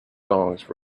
songs